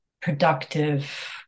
productive